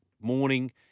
morning